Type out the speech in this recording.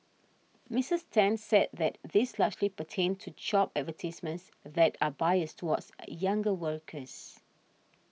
Missus Ten said that these largely pertained to job advertisements that are biased towards younger workers